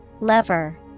Lever